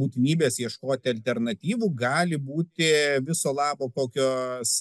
būtinybės ieškoti alternatyvų gali būti viso labo kokios